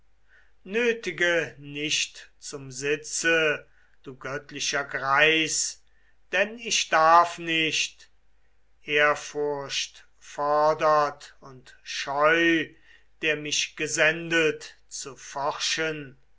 nötige nicht zum sitze du göttlicher greis denn ich darf nicht ehrfurcht fordert und scheu der mich gesendet zu forschen